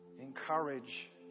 Encourage